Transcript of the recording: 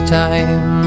time